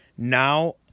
Now